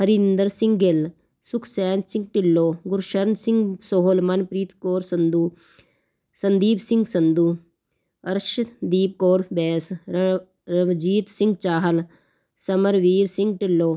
ਹਰਿੰਦਰ ਸਿੰਘ ਗਿੱਲ ਸੁਖਚੈਨ ਸਿੰਘ ਢਿੱਲੋਂ ਗੁਰਸ਼ਰਨ ਸਿੰਘ ਸੋਹਲ ਮਨਪ੍ਰੀਤ ਕੌਰ ਸੰਧੂ ਸੰਦੀਪ ਸਿੰਘ ਸੰਧੂ ਅਰਸ਼ਦੀਪ ਕੌਰ ਬੈਂਸ ਰ ਰਵਜੀਤ ਸਿੰਘ ਚਾਹਲ ਸਮਰਵੀਰ ਸਿੰਘ ਢਿੱਲੋਂ